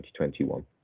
2021